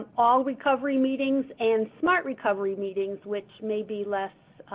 ah all recovery meetings, and smart recovery meetings, which maybe less,